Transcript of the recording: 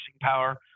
power